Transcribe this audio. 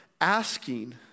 asking